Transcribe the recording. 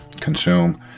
consume